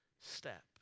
step